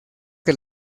que